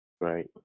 Right